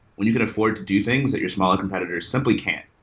when you can afford to do things that your smaller competitors simply can't.